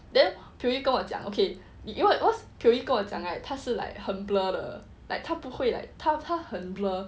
then pio yee 跟我讲 okay pio yee 跟我讲 right 他是 like 很 blur 的 like 他不会 like 她她很 blur